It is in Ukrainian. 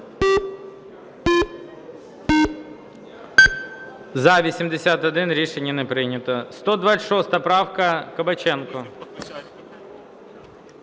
За-81 Рішення не прийнято. 126 правка, Кабаченко.